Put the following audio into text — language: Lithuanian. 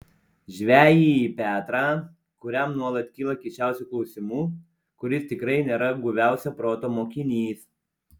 žvejį petrą kuriam nuolat kyla keisčiausių klausimų kuris tikrai nėra guviausio proto mokinys